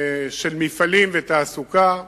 של מפעלים ושל תעסוקה.